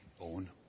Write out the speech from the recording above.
own